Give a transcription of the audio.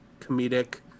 comedic